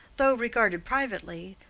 though, regarded privately,